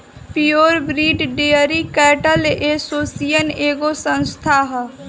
pure breed dairy cattle association एगो संस्था ह